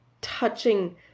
touching